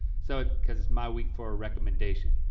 so cause it's my week for a recommendation.